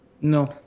No